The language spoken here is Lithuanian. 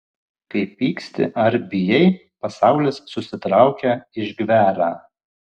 kai pyksti ar bijai pasaulis susitraukia išgvęra